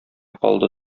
калды